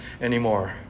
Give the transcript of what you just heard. anymore